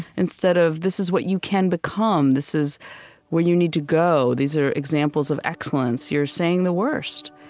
instead of this is what you can become, this is where you need to go, these are examples of excellence, you're saying the worst.